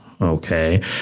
Okay